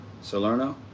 Salerno